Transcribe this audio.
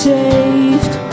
saved